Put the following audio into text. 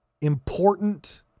important